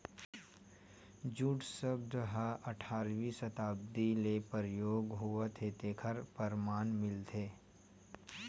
jute सब्द ह अठारवी सताब्दी ले परयोग होवत हे तेखर परमान मिलथे